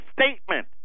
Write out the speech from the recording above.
statement